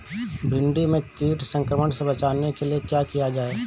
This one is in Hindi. भिंडी में कीट संक्रमण से बचाने के लिए क्या किया जाए?